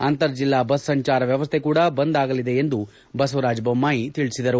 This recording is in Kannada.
ಅಂತರಜಿಲ್ಲಾ ಬಸ್ ಸಂಚಾರ ವ್ಯವಸ್ಥೆ ಕೂಡ ಬಂದ್ ಆಗಲಿದೆ ಎಂದು ಬಸವರಾಜ ಬೊಮ್ಮಾಯಿ ತಿಳಿಸಿದರು